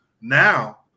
now